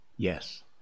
Yes